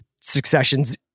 Succession's